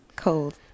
Cold